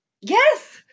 Yes